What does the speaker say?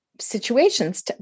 situations